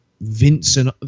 Vincent